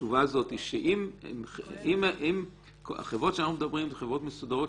התשובה היא זאת: החברות שאנחנו מדברים הן חברות מסודרות,